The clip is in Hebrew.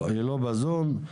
בזום.